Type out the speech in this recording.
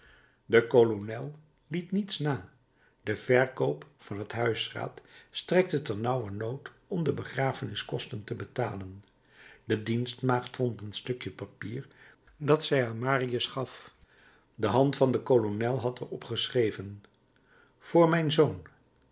de kolonel liet niets na de verkoop van het huisraad strekte ternauwernood om de begrafeniskosten te betalen de dienstmaagd vond een stukje papier dat zij aan marius gaf de hand van den kolonel had er op geschreven voor mijn zoon